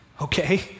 okay